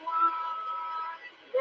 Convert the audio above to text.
one